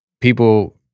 people